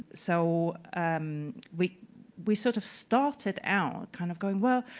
so we we sort of started out kind of going, well,